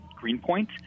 Greenpoint